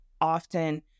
often